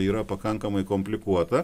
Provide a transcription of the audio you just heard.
yra pakankamai komplikuota